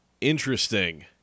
interesting